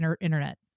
internet